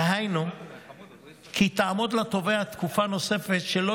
דהיינו תעמוד לתובע תקופה נוספת של לא